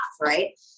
Right